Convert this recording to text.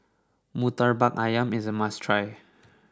Murtabak Ayam is a must try